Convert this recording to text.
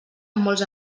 molts